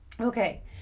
Okay